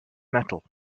metal